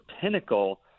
pinnacle